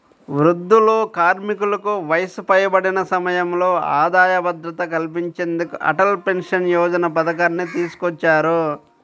వృద్ధులు, కార్మికులకు వయసు పైబడిన సమయంలో ఆదాయ భద్రత కల్పించేందుకు అటల్ పెన్షన్ యోజన పథకాన్ని తీసుకొచ్చారు